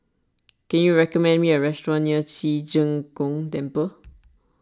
can you recommend me a restaurant near Ci Zheng Gong Temple